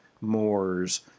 moors